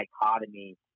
dichotomy